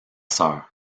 sœur